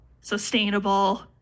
sustainable